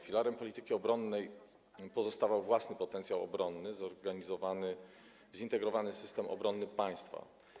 Filarem polityki obronnej pozostawał własny potencjał obronny, zorganizowany, zintegrowany system obronny państwa.